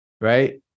right